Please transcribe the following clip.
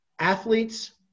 Athletes